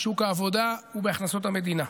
בשוק העבודה ובהכנסות המדינה.